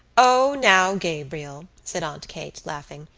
o, now, gabriel, said aunt kate, laughing,